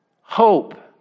Hope